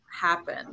happen